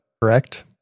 correct